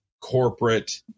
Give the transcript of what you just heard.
corporate